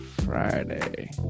Friday